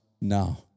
now